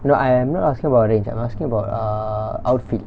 no I am not asking about range I'm asking about err outfield